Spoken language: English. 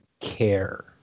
care